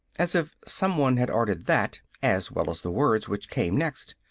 as if someone had ordered that as well as the words which came next.